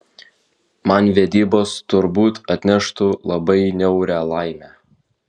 man vedybos turbūt atneštų labai niaurią laimę